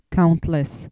countless